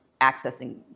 accessing